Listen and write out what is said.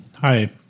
hi